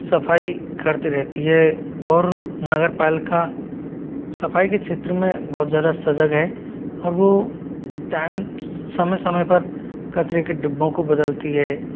सफाई करती रहती है और नगर पालिका सफाई के क्षेत्र में बहुत ज़्यादा सजग है और वह टाइम समय समय पर कचरे के डिब्बों को बदलती है